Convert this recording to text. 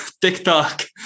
TikTok